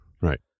Right